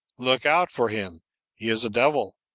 look out for him he is a devil.